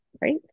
right